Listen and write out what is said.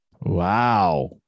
Wow